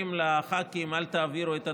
אומרים לח"כים: אל תעבירו את הטרומית,